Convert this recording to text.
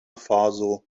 faso